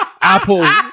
Apple